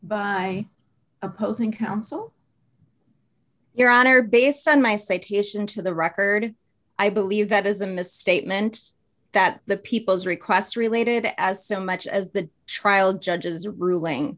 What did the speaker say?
by opposing counsel your honor based on my state hisham to the record i believe that is a misstatement that the people's request related as so much as the trial judge's ruling